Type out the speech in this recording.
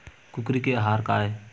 कुकरी के आहार काय?